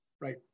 right